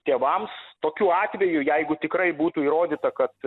tėvams tokiu atveju jeigu tikrai būtų įrodyta kad